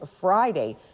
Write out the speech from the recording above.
Friday